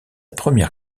première